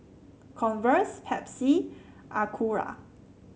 Converse Pepsi Acura